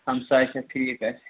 ہَمساے چھا ٹھیٖک اَسہِ